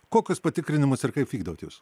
kokius patikrinimus ir kaip vykdot jūs